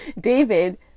David